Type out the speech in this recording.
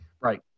Right